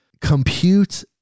Compute